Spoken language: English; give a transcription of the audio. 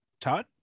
Todd